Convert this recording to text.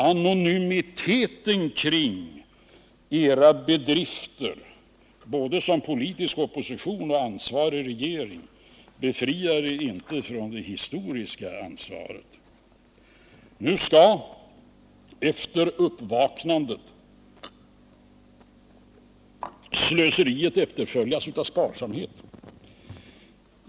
Anonymiteten kring era bedrifter, både som politisk opposition och som ansvarig regering, befriar er inte från det historiska ansvaret! Nu skall, efter uppvaknandet, slöseriet efterföljas av sparsamhet.